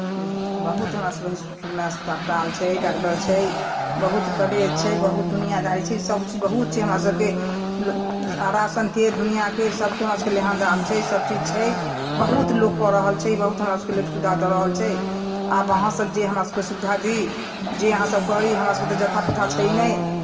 ई बहुत हमरासभके होस्पिटलमे अस्पताल छै डॉक्टर छै बहुत क्लेह छै बहुत दुनिआँदारी छै सभचीज बहुत छै हमरासभके आ राशनके दुनिआँके सभके हमरासभके लेहान देहान छै सभचीज छै बहुत लोक कऽ रहल छै बहुत हमरासभके लोक सुविधा दऽ रहल छै आब अहाँसभ जे हमरासभके सुविधा दी जे अहाँसभ करी हमरासभके तऽ जथा पथा छै नहि